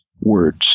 words